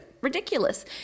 ridiculous